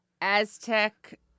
Aztec